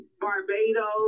Barbados